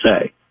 say